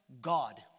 God